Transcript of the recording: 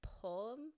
poem